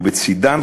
ובצדן,